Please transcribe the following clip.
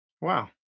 Wow